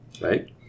right